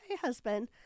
husband